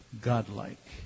godlike